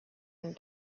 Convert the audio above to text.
and